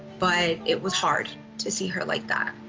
but it was hard to see her like that.